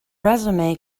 resume